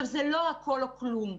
זה לא הכול או כלום.